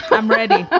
i'm ready. ah